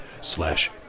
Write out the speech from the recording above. slash